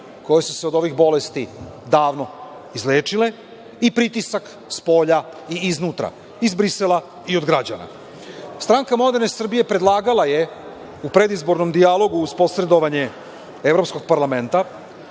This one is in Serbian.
koje su se od ovih bolesti davno izlečile i pritisak spolja i iznutra, izbrisala i od građana. Stranka moderne Srbije je predlagala u predizbornom dijalogu uz posredovanje Evropskog parlamenta